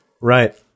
Right